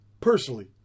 personally